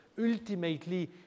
ultimately